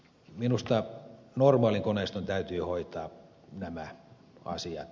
minusta normaalin koneiston täytyy hoitaa nämä asiat